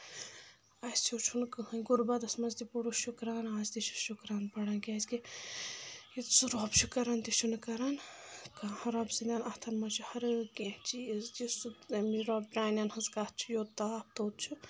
اَسہِ ہیٚوٗ چھُنہٕ کٕہٕنۍ غُربَس منٛز تہِ پوٚرُس شُکرانہٕ آز تہِ چھُ شُکران پَران کیازکہِ یُس سُہ رۄب چھُ کَران تہِ چھُنہٕ کَران کٔہیٖنۍ رۄب سٕنٛدؠن اَتھَن منٛز چھُ ہرکیٚن چیٖز یُس سُہ رۄب پرٛانؠن ہٕنٛز کَتھ چھُ یوٚت تاپھ توت چھُ